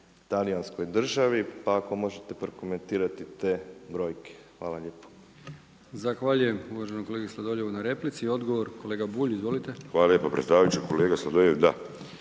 talijanskoj državi, pa ako možete prokomentirati te brojke. Hvala lijepo.